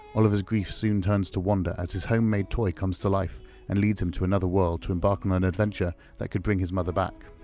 oliver's grief soon turns to wonder as his homemade toy comes to life and leads him to another world to embark on an adventure that could bring his mother back.